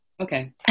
Okay